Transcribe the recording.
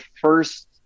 first